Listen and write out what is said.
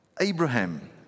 Abraham